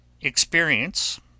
Experience